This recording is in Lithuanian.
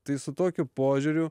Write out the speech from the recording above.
tai su tokiu požiūriu